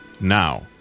now